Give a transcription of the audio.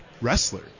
wrestler